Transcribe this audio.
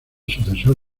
sucesor